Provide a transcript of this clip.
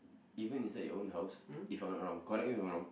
even inside your own house if I'm not wrong correct me if I'm wrong